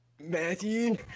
Matthew